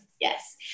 Yes